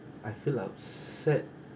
I feel upset